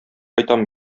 кайтам